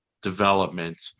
development